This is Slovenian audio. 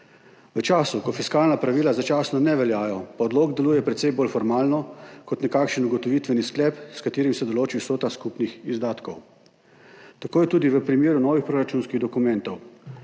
V času, ko fiskalna pravila začasno ne veljajo, pa odlok deluje precej bolj formalno, kot nekakšen ugotovitveni sklep, s katerim se določi vsota skupnih izdatkov. Tako je tudi v primeru novih proračunskih dokumentov.